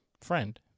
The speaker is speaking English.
friend